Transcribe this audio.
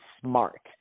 smart